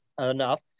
enough